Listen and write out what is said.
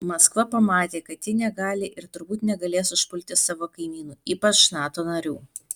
maskva pamatė kad ji negali ir turbūt negalės užpulti savo kaimynų ypač nato narių